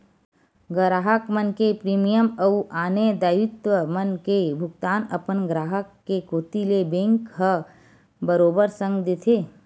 गराहक मन के प्रीमियम अउ आने दायित्व मन के भुगतान अपन ग्राहक के कोती ले बेंक ह बरोबर संग देथे